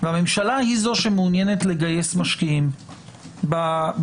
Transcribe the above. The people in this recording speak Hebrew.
והממשלה היא זו שמעוניינת לגייס משקיעים בחברה,